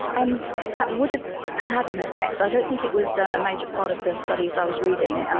um that would have had an effect. i don't think it was a major part of the studies i was reading.